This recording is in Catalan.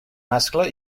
mascle